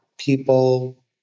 People